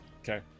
Okay